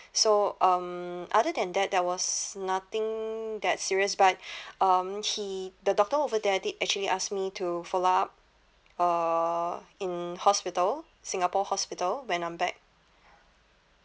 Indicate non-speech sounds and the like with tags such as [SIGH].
so um other than that there was nothing that serious but [BREATH] um he the doctor over there did actually ask me to follow up uh in hospital singapore hospital when I'm back